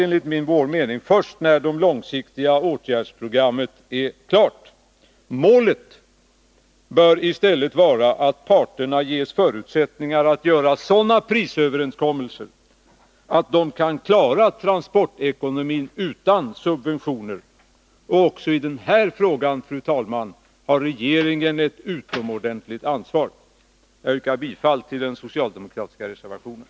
Den kan, enligt vår mening, bedömas först när det långsiktiga åtgärdsprogrammet är klart. Målet bör i stället vara att parterna ges förutsättningar att göra sådana prisöverenskommelser att de klarar transportekonomin utan subventioner. Också i denna fråga, fru talman, har regeringen ett utomordentligt ansvar. Jag yrkar bifall till den socialdemokratiska reservationen.